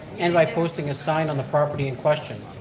and by posting a sign on the property in question.